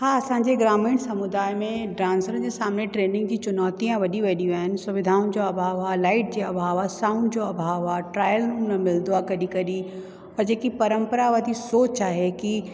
हा असांजे ग्रामीण समुदाय में डांसरनि जे सामने ट्रेनिंग जी चुनौतीया वॾी वॾी आहिनि सुविधाउनि जो अभाव आहे इलाही अभाव आहे साउंड जो अभाव आहे ट्राइल न मिलंदो आहे कॾहिं कॾहिं ऐं जेकी परम्पराऊं आहे की सोच आहे की